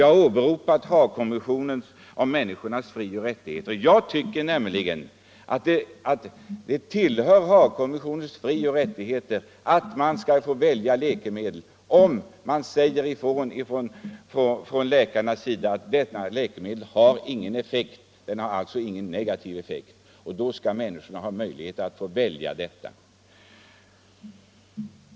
Jag har åberopat Haagkonventionen om de mänskliga fri och rättigheterna. Jag tycker nämligen att det tillhör våra fri och rättigheter att man skall kunna välja läkemedel, om det sägs ifrån av läkarna att läkemedlet inte har någon effekt. Det har alltså ingen negativ effekt, och då skall människorna ha möjlighet att välja detta läkemedel.